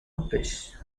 uppish